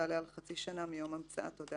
לדעת אם מולם אישה שטוב לה או אישה מצולקת.